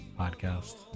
podcast